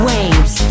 Waves